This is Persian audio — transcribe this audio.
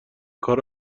کار